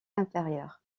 inférieur